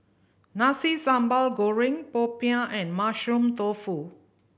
Nasi Sambal Goreng popiah and Mushroom Tofu